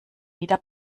wieder